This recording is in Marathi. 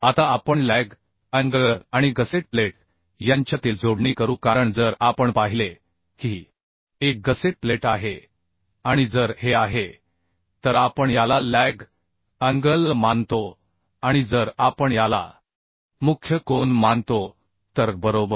आता आपण लॅग अँगल आणि गसेट प्लेट यांच्यातील जोडणी करू कारण जर आपण पाहिले की ही एक गसेट प्लेट आहे आणि जर हे आहे तर आपण याला लॅग अँगल मानतो आणि जर आपण याला मुख्य कोन मानतो तर बरोबर